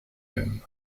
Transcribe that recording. même